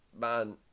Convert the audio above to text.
Man